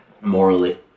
Morally